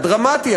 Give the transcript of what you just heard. הדרמטי,